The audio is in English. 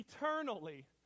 Eternally